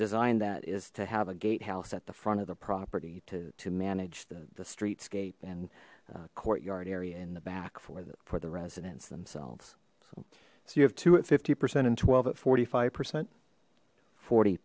design that is to have a gatehouse at the front of the property to manage the the streetscape and courtyard area in the back for the for the residents themselves so you have to at fifty percent in twelve at forty five percent forty